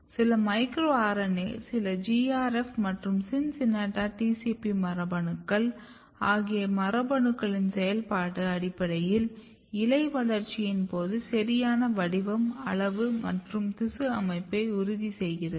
சில micro RNA சில GRF மற்றும் CINCINNATA TCP மரபணுக்கள் ஆகிய மரபணுக்களின் செயல்பாடு அடிப்படையில் இலை வளர்ச்சியின் போது சரியான வடிவம் அளவு மற்றும் திசு அமைப்பை உறுதி செய்கிறது